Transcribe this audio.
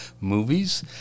movies